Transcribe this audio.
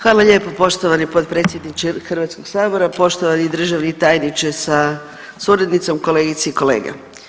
Hvala lijepo poštovani potpredsjedniče Hrvatskog sabora, poštovani državne tajniče sa suradnicom, kolegice i kolege.